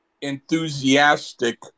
enthusiastic